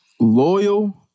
Loyal